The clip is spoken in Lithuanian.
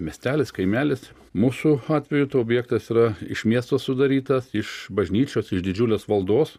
miestelis kaimelis mūsų atveju objektas yra iš miesto sudarytas iš bažnyčios iš didžiulės valdos